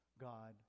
God